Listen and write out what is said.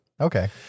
Okay